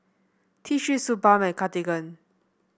T Three Suu Balm and Cartigain